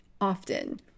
often